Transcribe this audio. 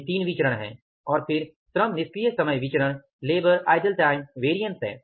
ये 3 विचरण हैं और फिर श्रम निष्क्रिय समय विचरण है